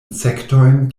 insektojn